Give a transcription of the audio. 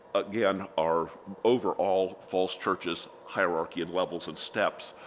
again our overall falls church's hierarchy and levels and steps